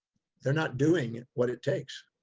they're not doing what it takes.